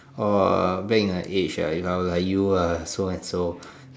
orh back in the age if I was like you ah so and so